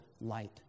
light